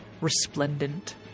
resplendent